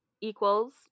equals